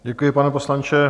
Děkuji, pane poslanče.